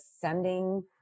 sending